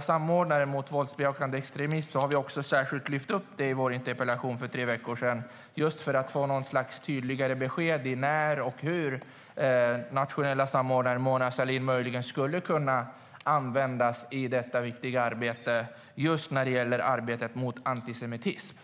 samordnaren för arbetet mot våldsbejakande extremism har vi särskilt lyft upp i vår interpellation. Vi hoppades få lite tydligare besked om när och hur den nationella samordnaren, Mona Sahlin, möjligen skulle kunna användas i det viktiga arbetet mot just antisemitism.